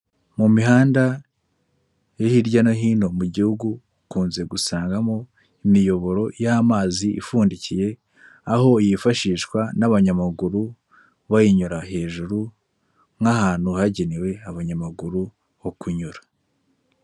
Mu mihanda hirya no hino mu gihugu ukunze gusangamo imiyoboro y'amazi ipfundikiye, aho yifashishwa n'abanyamaguru bayinyura hejuru nk'ahantu hagenewe abanyamaguru ho kunyura.